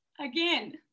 again